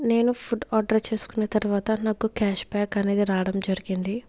నేను food order చేసుకున్న తర్వాత నాకు క్యాష్ బ్యాక్ అనేది రావడం జరిగింది